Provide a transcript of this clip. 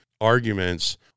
arguments